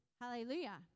Hallelujah